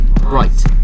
Right